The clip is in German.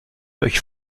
euch